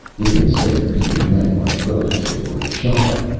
if instead of being met like brothers, they were shot at,